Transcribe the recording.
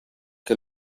que